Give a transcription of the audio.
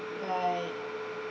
right